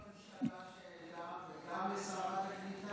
גם לממשלה שהעלתה וגם לשרת הקליטה,